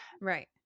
Right